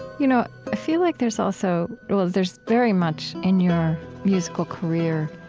you know i feel like there's also there's very much, in your musical career,